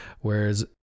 Whereas